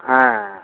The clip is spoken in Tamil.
ஆ